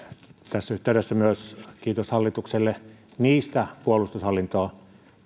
tässä yhteydessä myös kiitos hallitukselle niistä puolustushallintoon